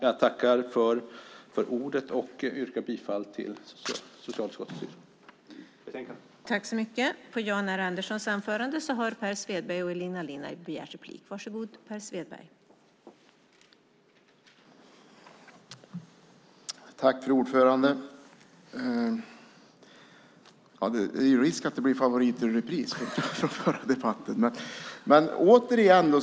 Jag yrkar bifall till socialutskottets förslag i betänkandet.